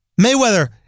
Mayweather